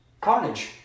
Carnage